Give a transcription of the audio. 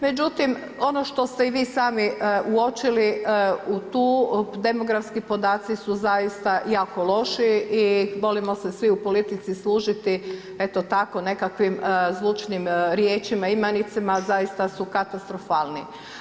Međutim, ono što ste i vi sami uočili tu, demografski podaci su zaista jako loši i volimo se svi u politici služiti eto tako nekakvim zvučnim riječima, imenicama, zaista su katastrofalni.